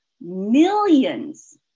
millions